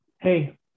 hey